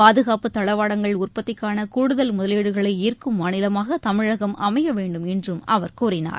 பாதுகாப்புத் தளவாடங்கள் உற்பத்திக்கான கூடுதல் முதலீடுகளை ஈர்க்கும் மாநிலமாக தமிழகம் அமைய வேண்டும் என்றும் அவர் கூறினார்